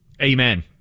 Amen